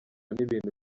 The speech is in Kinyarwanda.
n’ibintu